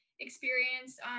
experience